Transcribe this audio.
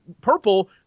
purple